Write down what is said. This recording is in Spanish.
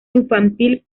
infantil